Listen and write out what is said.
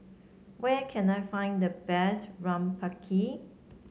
where can I find the best